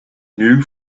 new